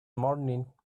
morning